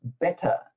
better